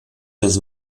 das